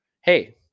hey